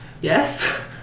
yes